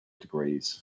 degrees